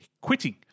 quitting